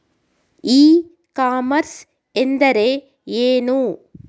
E commerce ಎಂದರೆ ಏನು?